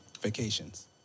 vacations